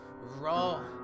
raw